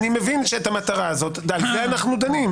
אני מבין את המטרה ועל זה אנחנו דנים.